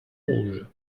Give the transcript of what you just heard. rouge